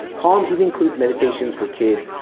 calm even includes meditations for kids,